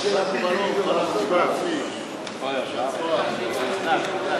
חבר הכנסת ישראל חסון,